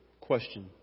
question